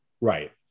Right